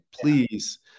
please